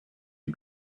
and